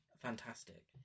fantastic